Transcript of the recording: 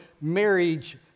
marriage